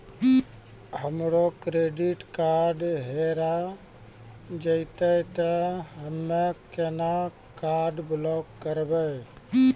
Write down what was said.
हमरो credit card हेरा जेतै ते हम्मय केना कार्ड ब्लॉक करबै?